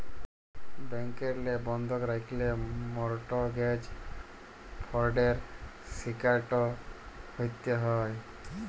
ব্যাংকেরলে বন্ধক রাখল্যে মরটগেজ ফরডের শিকারট হ্যতে হ্যয়